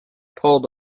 pulled